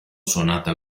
suonato